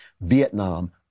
Vietnam